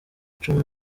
icumu